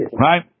Right